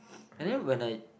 and then when I